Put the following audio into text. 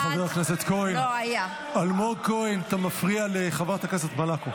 חבר הכנסת אלמוג כהן, אתה מפריע לחברת הכנסת מלקו.